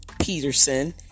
Peterson